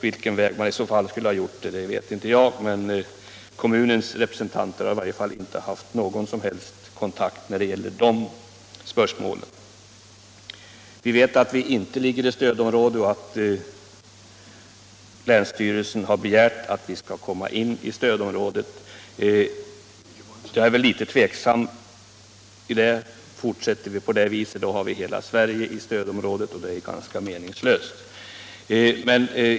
Vilken väg man i så fall skulle ha gått vet inte jag, men kommunens representanter har i varje fall inte haft någon som helst kontakt när det gäller de spörsmålen. Vi vet att Karlskrona inte ligger i stödområdet och att länsstyrelsen har begärt att regionen skall komma in i det. Jag är väl litet tveksam på den punkten. Fortsätter vi på det viset, har vi snart hela Sverige i stödområdet, och det är ganska meningslöst.